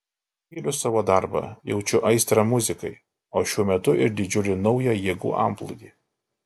myliu savo darbą jaučiu aistrą muzikai o šiuo metu ir didžiulį naują jėgų antplūdį